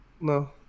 No